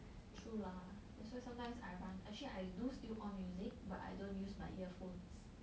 true lah that's why sometimes I run actually I do still on music but I don't use my earphones